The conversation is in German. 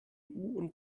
und